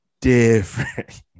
Different